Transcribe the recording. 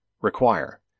require